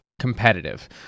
competitive